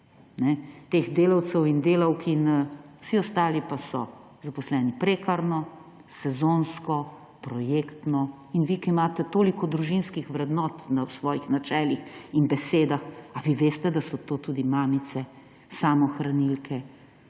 teh delavcev in delavk, vsi ostali pa so zaposleni prekarno, sezonsko, projektno. In vi, ki imate toliko družinskih vrednost v svojih načelih in besedah, ali vi veste, da so to tudi mamice samohranilke,